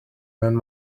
mewn